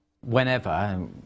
Whenever